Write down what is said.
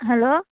hello